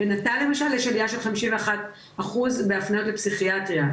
בנט"ל למשל יש עלייה של 51% בהפניות לפסיכיאטריה,